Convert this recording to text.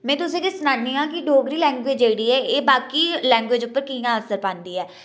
में तुसें गी सनान्नी आं कि डोगरी लैंग्वेज जेह्ड़ी ऐ एह् बाकी लैंग्वेज उप्पर कि'यां असर पांदी ऐ